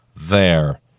There